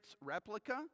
replica